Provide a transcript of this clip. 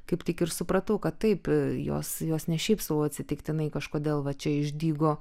kaip tik ir supratau kad taip jos jos ne šiaip sau atsitiktinai kažkodėl va čia išdygo